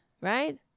right